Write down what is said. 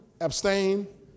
abstain